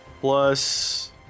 plus